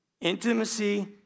Intimacy